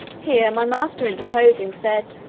here my master interposing, said,